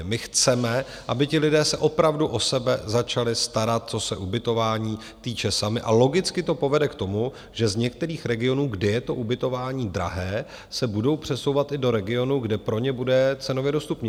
My chceme, aby ti lidé se opravdu o sebe začali starat, co se ubytování týče, sami, a logicky to povede k tomu, že z některých regionů, kde je ubytování drahé, se budou přesouvat i do regionů, kde pro ně bude cenově dostupnější.